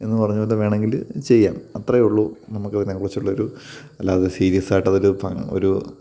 എന്നു പറഞ്ഞൊന്ന് വേണമെങ്കിൽ ചെയ്യാം അത്രയെ ഉള്ളു നമുക്ക് അതിനെ കുറിച്ചുള്ള ഒരു അല്ലാതെ സീരിയസായിട്ട് അതിൽ ഇപ്പം ഒരു